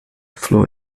floor